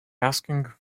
asking